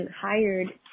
hired